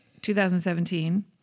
2017